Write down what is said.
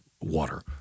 water